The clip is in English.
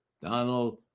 Donald